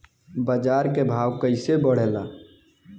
बाजार के भाव कैसे बढ़े ला?